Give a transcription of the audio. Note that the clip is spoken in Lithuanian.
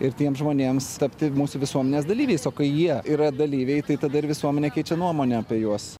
ir tiems žmonėms tapti mūsų visuomenės dalyviais o kai jie yra dalyviai tai tada ir visuomenė keičia nuomonę apie juos